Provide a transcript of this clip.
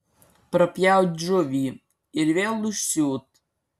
prapjaut žuvį ir vėl užsiūt